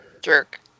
jerk